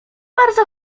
bardzo